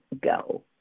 go